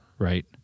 Right